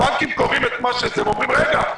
הבנקים קוראים את זה ואומרים: רגע,